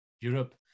Europe